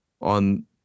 on